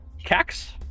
Cax